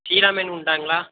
சீலா மீன் உண்டுங்களா